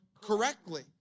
correctly